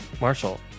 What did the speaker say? marshall